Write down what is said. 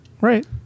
right